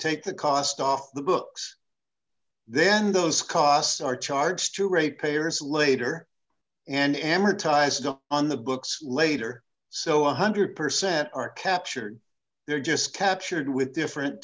take the cost off the books then those costs are charged to rate payers later and amortized on the books later so one hundred percent are captured they're just captured with different